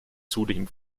zudem